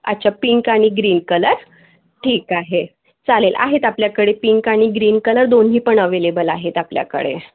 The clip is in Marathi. अच्छा पिंक आणि ग्रीन कलर ठीक आहे चालेल आहेत आपल्याकडे पिंक आणि ग्रीन कलर दोन्ही पण अव्हेलेबल आहेत आपल्याकडे